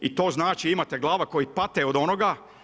I to znači imate glava koje pate od ovoga.